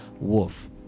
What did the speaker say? Wolf